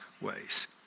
ways